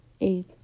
eight